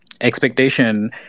expectation